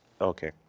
Okay